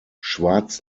schwarz